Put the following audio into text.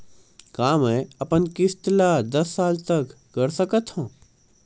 का मैं अपन किस्त ला दस साल तक कर सकत हव?